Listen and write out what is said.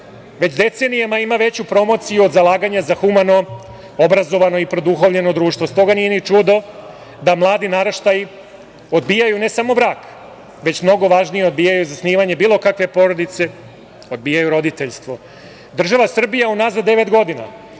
već decenijama ima veću promociju od zalaganja za humano, obrazovano i produhovljeno društvo. Zato i nije čudo da mladi naraštaji odbijaju ne samo brak, već mnogo važnije, odbijaju zasnivanje bilo kakve porodice, odbijaju roditeljstvo. Država Srbija unazad devet godina